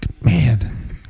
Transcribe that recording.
man